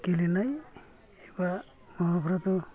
गेलेनाय एबा माबाफ्राथ'